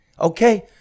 Okay